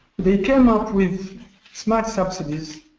they came up with smart subsidies,